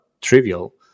trivial